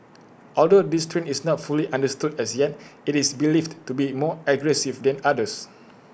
although this strain is not fully understood as yet IT is believed to be more aggressive than others